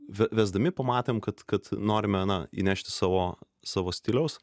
vesdami pamatėm kad kad norime na įnešti savo savo stiliaus